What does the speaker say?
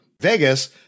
Vegas